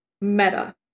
meta